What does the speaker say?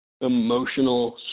emotional